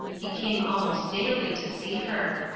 he came almost daily to see her.